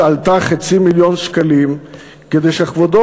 זאת שעלתה חצי מיליון שקלים כדי שכבודו,